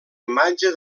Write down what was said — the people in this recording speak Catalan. imatge